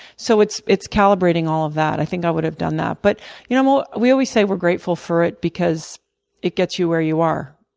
so it's it's calibrating all of that. i think i would have done that. but you know, we always say we're grateful for it because it gets you where you are.